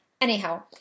anyhow